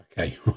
okay